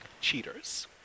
Cheaters